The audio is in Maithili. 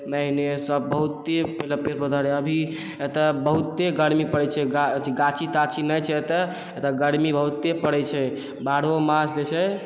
पहिले सब बहुते पहिले पेड़ पौधा रहै अभी एतऽ बहुते गरमी पड़ै छै गाछी ताछी नै छै एतऽ एतऽ गरमी बहुते पड़ै छै बारहो मास जे छै